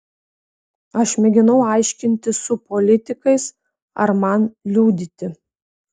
aš mėginau aiškintis su politikais ar man liudyti